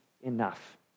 enough